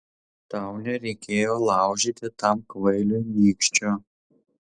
tau nereikėjo laužyti tam kvailiui nykščio